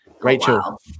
rachel